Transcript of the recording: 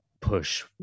push